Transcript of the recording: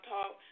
Talk